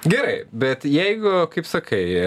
gerai bet jeigu kaip sakai